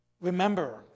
Remember